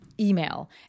Email